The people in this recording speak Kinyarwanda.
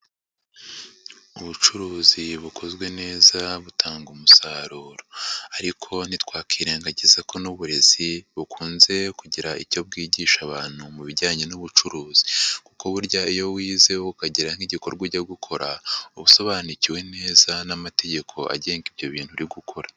Ubucuruzi bukozwe neza butanga umusaruro, ariko ntitwakwingagiza ko n'uburezi bukunze kugira icyo bwigisha abantu mu bijyanye n'ubucuruzi, kuko burya iyo wize ukagira nk'igikorwa ujya gukora uba usobanukiwe neza n'amategeko agenga ibyo bintu uri gukora.